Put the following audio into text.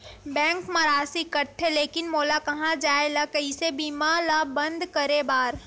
Bank मा राशि कटथे लेकिन मोला कहां जाय ला कइसे बीमा ला बंद करे बार?